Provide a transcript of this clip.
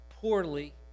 poorly